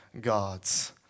gods